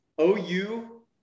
OU